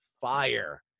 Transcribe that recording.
fire